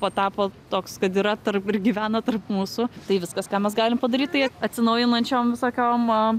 patapo toks kad yra tarp ir gyvena tarp mūsų tai viskas ką mes galim padaryt tai atsinaujinančiom visokiom